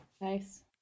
Nice